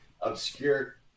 obscure